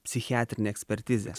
psichiatrinė ekspertizė